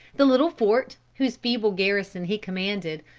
the little fort, whose feeble garrison he commanded,